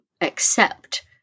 accept